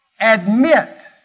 Admit